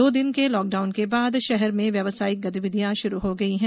दो दिन के लॉकडाउन के बाद शहर में व्यावसायिक गतिविधियां शुरू हो गई हैं